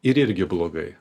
ir irgi blogai